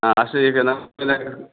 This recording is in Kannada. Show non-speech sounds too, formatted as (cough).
ಹಾಂ ಅಷ್ಟೆ ಈಗ ನಮ್ಮ (unintelligible)